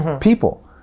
people